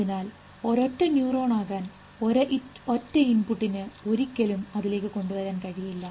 അതിനാൽ ഒരൊറ്റ ന്യൂറോണാകാൻ ഒരൊറ്റ ഇൻപുട്ടിന് ഒരിക്കലും അതിലേക്ക് കൊണ്ടുവരാൻ കഴിയില്ല